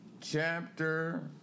chapter